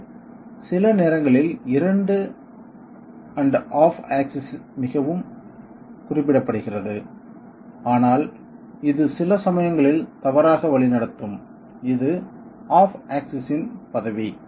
இது சில நேரங்களில் 2 அண்ட் ஹாப் ஆக்ஸிஸ் ஆகவும் குறிப்பிடப்படுகிறது ஆனால் இது சில சமயங்களில் தவறாக வழிநடத்தும் இது ஹாப் ஆக்ஸிஸ் இன் பதவி